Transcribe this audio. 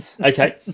Okay